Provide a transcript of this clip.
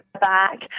back